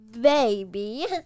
baby